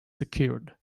secured